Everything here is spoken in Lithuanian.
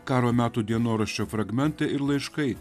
karo metų dienoraščio fragmentai ir laiškai